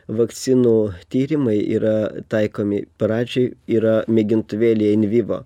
vakcinų tyrimai yra taikomi pradžiai yra mėgintuvėlyje invivo